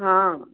हां